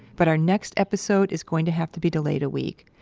but our next episode is going to have to be delayed a week.